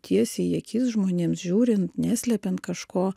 tiesiai į akis žmonėms žiūrint neslepiant kažko